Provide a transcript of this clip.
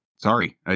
sorry